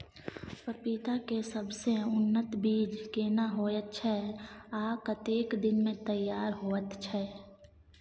पपीता के सबसे उन्नत बीज केना होयत छै, आ कतेक दिन में तैयार होयत छै?